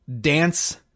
dance